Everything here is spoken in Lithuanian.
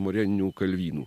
moreninių kalvynų